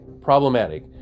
problematic